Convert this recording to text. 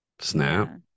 Snap